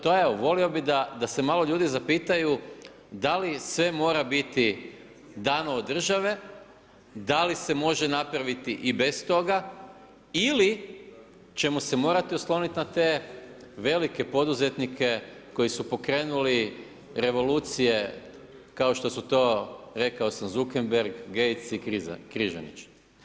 To je evo, volio bi da se malo ljudi zapitaju, da li sve mora biti dano od države, da li se može napraviti i bez toga, ili ćemo se morati osloniti na te velike poduzetnike koji su pokrenuli revolucije, kao što su to, rekao sam Zuckerberg, Gates i Križanić.